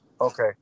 Okay